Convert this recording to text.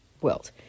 world